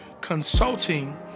consulting